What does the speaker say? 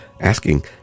asking